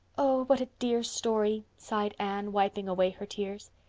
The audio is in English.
oh, what a dear story, sighed anne, wiping away her tears.